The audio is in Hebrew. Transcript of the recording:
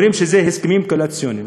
אומרים שזה הסכמים קואליציוניים,